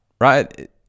right